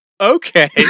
Okay